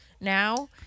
now